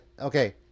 okay